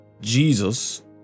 Jesus